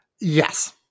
Yes